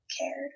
cared